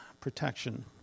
Protection